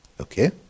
Okay